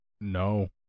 No